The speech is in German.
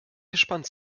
gespannt